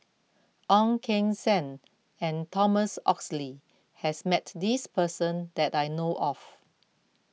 Ong Keng Sen and Thomas Oxley has met this person that I know of